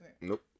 Nope